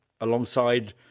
alongside